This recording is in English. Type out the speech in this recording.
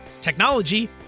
technology